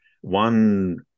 One